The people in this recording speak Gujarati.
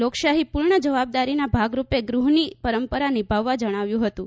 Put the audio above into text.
લોકશાહી પૂર્ણ જવાબદારીના ભાગરૂપે ગૃહની પરંપરા નિભાવવા જણાવ્યું હતું